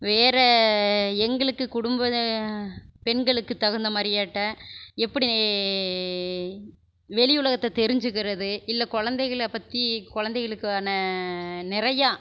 வேறு எங்களுக்கு குடும்பம் இது பெண்களுக்கு தகுந்த மாறியாட்ட எப்படி வெளி உலகத்தை தெரிஞ்சுக்கிறது இல்லை குழந்தைகள பற்றி குழந்தைகளுக்கான நிறையா